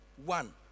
One